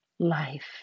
Life